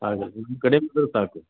ಆಗಲಿ ನಿಮ್ಮ ಸಾಕು